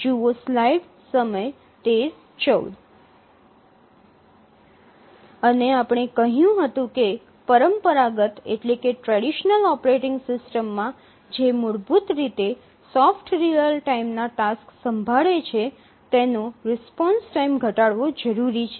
અને આપણે કહ્યું હતું કે પરંપરાગત ઓપરેટિંગ સિસ્ટમમાં જે મૂળભૂત રીતે સોફ્ટ રીઅલ ટાઇમ ના ટાસક્સ સંભાળે છે તેનો રિસ્પોન્સ ટાઇમ ઘટાડવો જરૂરી છે